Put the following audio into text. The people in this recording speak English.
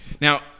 Now